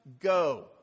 go